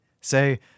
Say